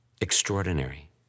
extraordinary